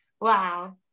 wow